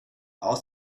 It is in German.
aus